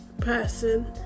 person